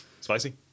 Spicy